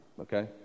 okay